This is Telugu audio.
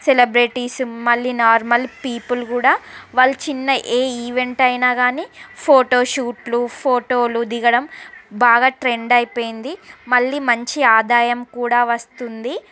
సెలబ్రిటీస్ మళ్ళి నార్మల్ పీపుల్ కూడా వాళ్ళ చిన్న ఏ ఈవెంట్ అయినా కానీ ఫోటోషూట్లు ఫోటోలు దిగడం బాగా ట్రెండ్ అయిపోయింది మళ్ళీ మంచి ఆదాయం కూడా వస్తుంది